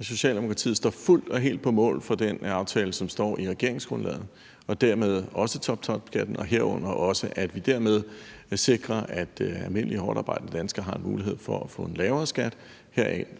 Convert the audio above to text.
at Socialdemokratiet står fuldt og helt på mål for den aftale, som står i regeringsgrundlaget, og dermed også toptopskatten og herunder også, at vi dermed sikrer, at almindelige hårdtarbejdende danskere har en mulighed for at få en lavere skat, heriblandt,